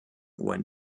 when